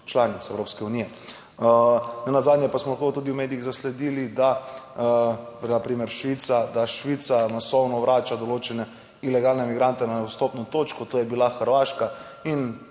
članic Evropske unije. Nenazadnje pa smo lahko tudi v medijih zasledili, da na primer Švica, da Švica masovno vrača določene ilegalne migrante na vstopno točko, to je bila Hrvaška in